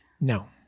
No